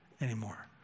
anymore